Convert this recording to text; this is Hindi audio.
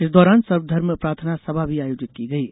इस दौरान सर्वधर्म प्रार्थना सभा भी आयोजित की गयी